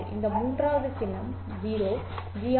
இந்த மூன்றாவது சின்னம் 0